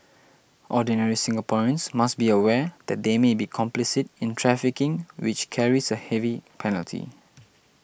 ordinary Singaporeans must be aware that they may be complicit in trafficking which carries a heavy penalty